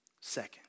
Second